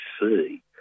see